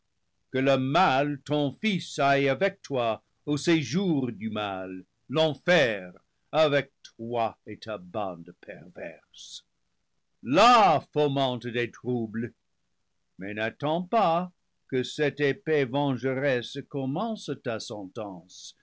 que le mal ton fils aille avec toi au séjour du mal l'enfer avec toi et ta bande perverse là fomente des troubles mais n'attends pas que cette épée vengeresse commence ta